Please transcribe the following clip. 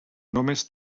només